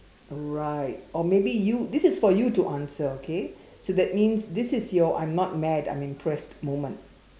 right or maybe you this is for you to answer okay so that means this is your I'm not mad I am impressed moment